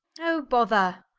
oh, bother.